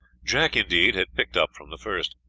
jack, indeed, had picked up from the first,